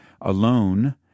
alone